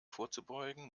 vorzubeugen